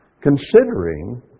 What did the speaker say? Considering